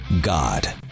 God